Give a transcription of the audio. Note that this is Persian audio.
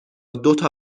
دوتا